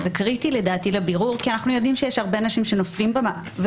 שלדעתי זה קריטי לבירור כי אנחנו יודעים שיש הרבה אנשים שנופלים ואף